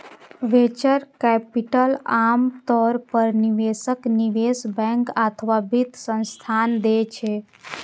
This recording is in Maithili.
वेंचर कैपिटल आम तौर पर निवेशक, निवेश बैंक अथवा वित्त संस्थान दै छै